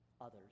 others